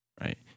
right